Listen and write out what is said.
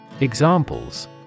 Examples